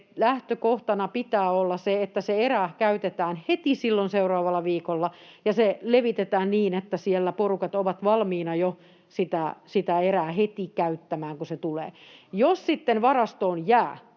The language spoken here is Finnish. lähtökohtana pitää olla se, että se erä käytetään heti silloin seuraavalla viikolla ja se levitetään niin, että siellä porukat ovat jo valmiina sitä erää heti käyttämään, kun se tulee. Jos sitten varastoon jää